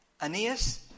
Aeneas